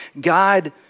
God